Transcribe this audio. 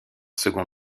second